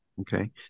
Okay